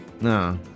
No